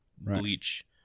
bleach